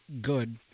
good